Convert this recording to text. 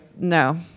no